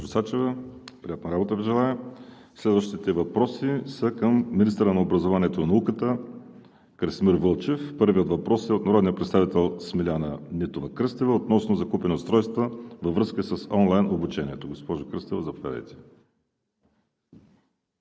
госпожо Сачева. Приятна работа Ви желая! Следващите въпроси са към министъра на образованието и науката Красимир Вълчев. Първият въпрос е от народния представител Смиляна Нитова-Кръстева относно закупени устройства във връзка с онлайн обучението. Госпожо Кръстева, заповядайте.